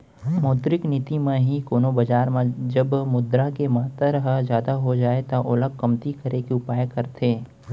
मौद्रिक नीति म ही कोनो बजार म जब मुद्रा के मातर ह जादा हो जाय त ओला कमती करे के उपाय करथे